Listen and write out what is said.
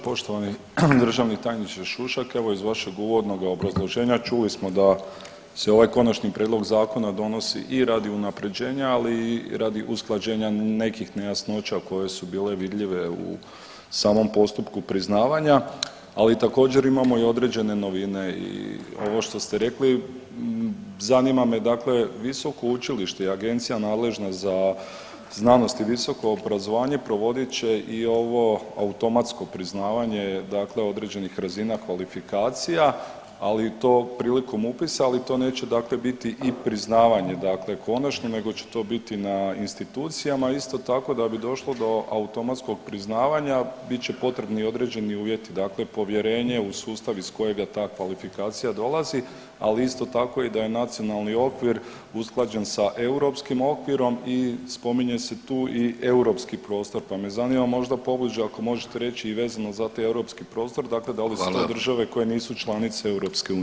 Poštovani državni tajniče Šušak, evo iz vašeg uvodnoga obrazloženja čuli smo da se ovaj konačni prijedlog zakona donosi i radi unaprjeđenja, ali i radi usklađenja nekih nejasnoća koje su bile vidljive u samom postupku priznavanja, ali također imamo i određene novine i ovo što ste rekli, zanima me dakle visoko učilište i agencija nadležna za znanost i visoko obrazovanje provodit će i ovo automatsko priznavanje dakle određenih razina kvalifikacija, ali i to prilikom upisa, ali to neće dakle biti i priznavanje dakle konačno nego će to biti na institucijama, a isto tako da bi došlo do automatskog priznavanja bit će potrebni određeni uvjeti, dakle povjerenje u sustav iz kojega ta kvalifikacija dolazi, ali isto tako i da je nacionalni okvir usklađen sa europskim okvirom i spominje se tu i europski prostor, pa me zanima možda pobliže ako možete reći i vezano za taj europski prostor dakle da li su to države koje nisu članice EU?